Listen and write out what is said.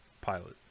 Pilot